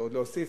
להוסיף.